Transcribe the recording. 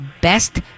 best